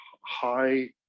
high